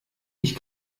ich